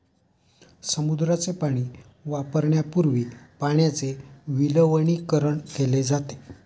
समुद्राचे पाणी वापरण्यापूर्वी पाण्याचे विलवणीकरण केले जाते